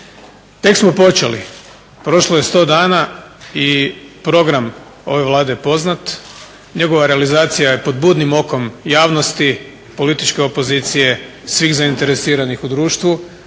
Tek smo počeli. Prošlo je 100 dana i program ove Vlade je poznat i njegova realizacija je pod budnim okom javnosti političke opozicije, svih zainteresiranih u društvu.